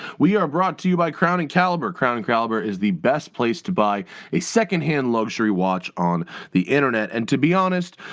we are brought to you by crown and caliber. crown and caliber is the best place to buy a secondhand luxury watch on the internet. and, to be honest,